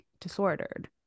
disordered